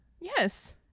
Yes